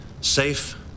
Safe